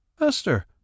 esther